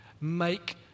make